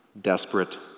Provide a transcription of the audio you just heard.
desperate